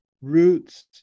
roots